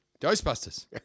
Ghostbusters